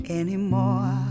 anymore